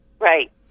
Right